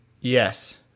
Yes